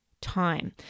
time